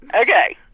Okay